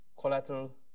collateral